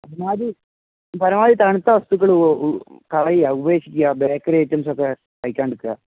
പരമാവധി പരമാവധി തണുത്ത വസ്തുക്കള് കളയുക ഉപേക്ഷിക്കുക ബേക്കറി ഐറ്റംസൊക്കെ കഴിക്കാണ്ടിരിക്കുക